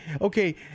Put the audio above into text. okay